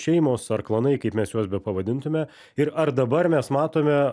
šeimos ar klanai kaip mes juos bepavadintume ir ar dabar mes matome